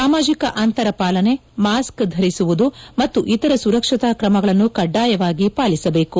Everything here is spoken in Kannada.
ಸಾಮಾಜಿಕ ಅಂತರ ಪಾಲನೆ ಮಾಸ್ಕ್ ಧರಿಸುವುದು ಮತ್ತು ಇತರ ಸುರಕ್ಷತಾ ಕ್ರಮಗಳನ್ನು ಕಡ್ಡಾಯವಾಗಿ ಪಾಲಿಸಬೇಕು